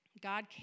God